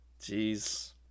Jeez